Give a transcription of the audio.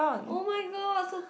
oh-my-god so